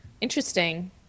Interesting